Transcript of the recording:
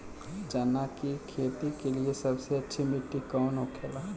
चना की खेती के लिए सबसे अच्छी मिट्टी कौन होखे ला?